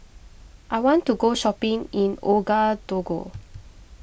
I want to go shopping in Ouagadougou